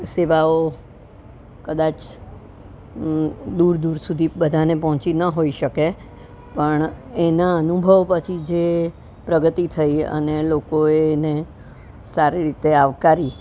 સેવાઓ કદાચ દૂર દૂર સુધી બધાને પહોંચી ન હોઈ શકે પણ એના અનુભવ પછી જે પ્રગતિ થઈ અને લોકોએ એને સારી રીતે આવકારી